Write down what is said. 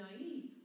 Naive